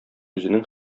үзенең